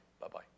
Bye-bye